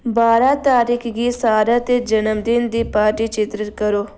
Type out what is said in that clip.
बारां तरीक गी सारा दे जन्मदिन दी पार्टी चित्रत करो